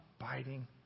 abiding